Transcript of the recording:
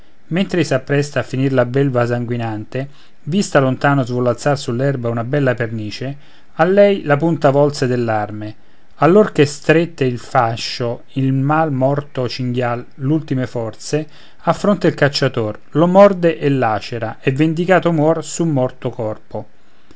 costui mentr'ei s'appresta a finire la belva sanguinante vista lontano svolazzar sull'erba una bella pernice a lei la punta volse dell'arme allor che strette in fascio il mal morto cinghial l'ultime forze affronta il cacciator lo morde e lacera e vendicato muor su morto corpo